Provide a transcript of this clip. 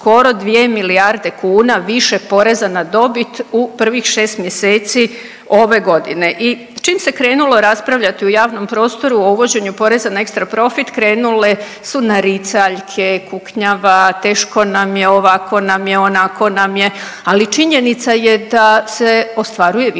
skoro 2 milijarde kuna više poreza na dobit u prvih 6 mjeseci ove godine i čim se krenulo raspravljati u javnom prostoru o uvođenju poreza na ekstra profit krenule su naricaljke, kuknjava, teško nam je, ovako nam je, onako nam je, ali činjenica je da se ostvaruje više